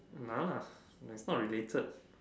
nah it's not related